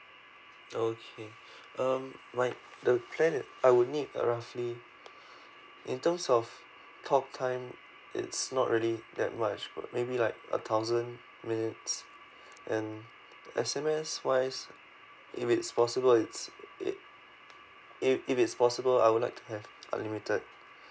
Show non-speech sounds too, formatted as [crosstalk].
okay [breath] um right the plan I would need a roughly [breath] in terms of talk time it's not really that much maybe like a thousand minutes and S_M_S wise if it's possible is it if if it's possible I would like to have unlimited